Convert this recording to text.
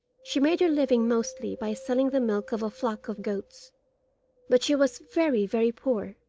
she made her living mostly by selling the milk of a flock of goats but she was very, very poor,